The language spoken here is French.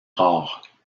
rares